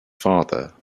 father